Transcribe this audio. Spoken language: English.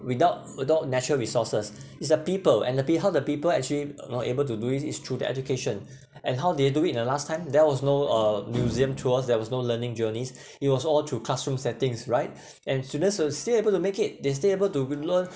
without without natural resources is the people and the peo~ how the people actually uh know able to do it is through the education and how they do it in the last time there was no uh museum tours there was no learning journeys it was all through classroom settings right and students were still able to make it they still able to learn